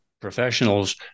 professionals